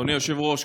אדוני היושב-ראש,